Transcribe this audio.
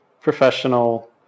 professional